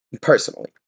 Personally